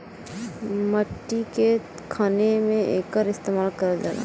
मट्टी के खने में एकर इस्तेमाल करल जाला